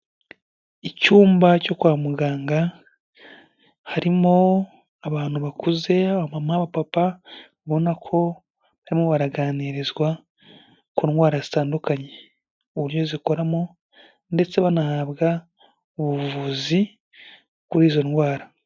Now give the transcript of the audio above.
Icyumba cyo kwa muganga harimo abantu bakuze abamama, abapapa ubona ko barimo baraganirizwa ku ndwara zitandukanye, uburyo zikoramo ndetse banahabwa ubuvuzi kuri izo ndwara.